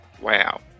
Wow